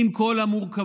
עם כל המורכבות,